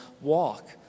walk